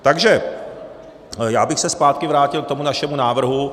Takže já bych se zpátky vrátil k tomu našemu návrhu.